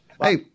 Hey